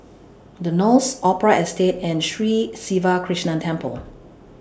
The Knolls Opera Estate and Sri Siva Krishna Temple